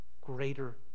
greater